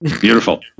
Beautiful